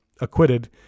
acquitted